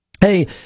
Hey